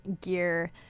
gear